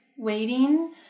waiting